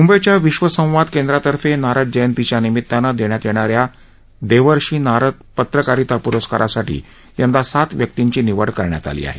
मुंबईच्या विश्व संवाद केंद्रा तर्फे नारद जयंतीच्या निमित्ताने देण्यात येणाऱ्या देवर्षी नारद पत्रकारिता पुरस्कारासाठी यंदा सात व्यक्तींची निवड करण्यात आली आहे